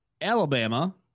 Alabama